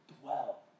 dwell